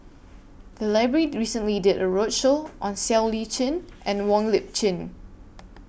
The Library recently did A roadshow on Siow Lee Chin and Wong Lip Chin